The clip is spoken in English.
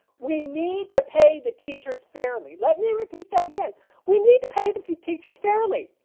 we need to pay the teachers fairly. let me repeat that again we need to pay the few teachers fairly.